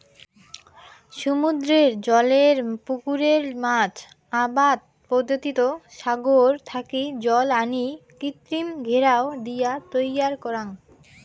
সমুদ্রের জলের পুকুরে মাছ আবাদ পদ্ধতিত সাগর থাকি জল আনি কৃত্রিম ঘেরাও দিয়া তৈয়ার করাং